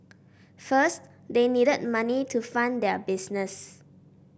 first they needed money to fund their business